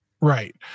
Right